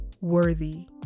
worthy